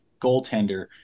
goaltender